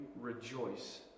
rejoice